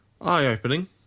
eye-opening